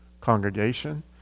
congregation